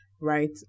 right